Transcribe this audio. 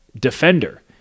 defender